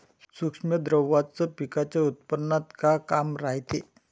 सूक्ष्म द्रव्याचं पिकाच्या उत्पन्नात का काम रायते?